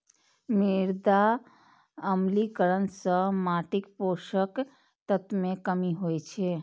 मृदा अम्लीकरण सं माटिक पोषक तत्व मे कमी होइ छै